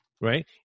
right